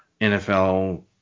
NFL